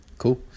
Cool